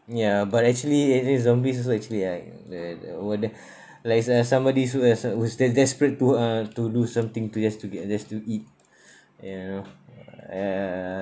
ya but actually actually zombies also actually like the the what the like uh somebody su~ uh who's that desperate to uh to do something to just to get just to eat you know uh ya